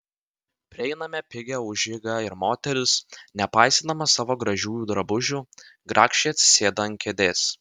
prieiname pigią užeigą ir moteris nepaisydama savo gražiųjų drabužių grakščiai atsisėda ant kėdės